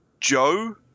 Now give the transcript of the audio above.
Joe